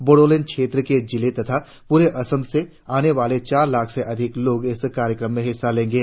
बोडोलैंड क्षेत्र के जिलों तथा पूरे असम से आने वाले चार लाख़ से अधिक लोग इस कार्यक्रम में हिस्सा लेंगे